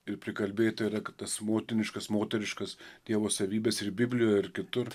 ir prikalbėta yra kad tas motiniškas moteriškas dievo savybes ir biblijoj ir kitur